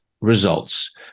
results